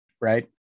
Right